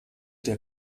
der